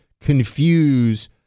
confuse